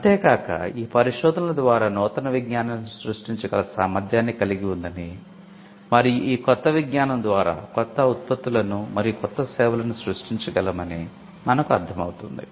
అంతే కాక ఈ పరిశోధనల ద్వారా నూతన విజ్ఞానాన్ని సృష్టించగల సామర్థ్యాన్ని కలిగి ఉందని మరియు ఈ కొత్త విజ్ఞానo ద్వారా కొత్త ఉత్పత్తులను మరియు క్రొత్త సేవలను సృష్టించగలమని మనకు అర్ధం అవుతుంది